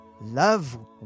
Love